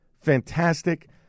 fantastic